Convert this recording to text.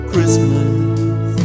Christmas